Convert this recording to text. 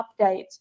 update